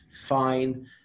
fine